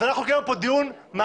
אנחנו קיימנו כאן דיון מעמיק ורציני.